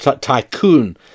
tycoon